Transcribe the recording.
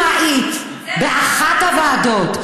אם היית באחת הוועדות,